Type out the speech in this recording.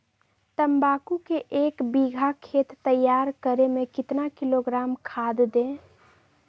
तम्बाकू के एक बीघा खेत तैयार करें मे कितना किलोग्राम खाद दे?